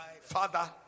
Father